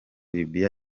libiya